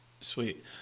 Sweet